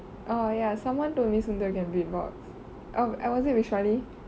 oh ya someone told me sundar can beatbox oh was it vishalini